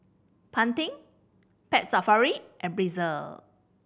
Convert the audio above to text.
Pantene Pet Safari and Breezer